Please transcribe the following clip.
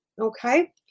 Okay